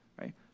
right